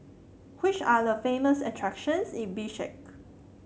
which are the famous attractions in Bishkek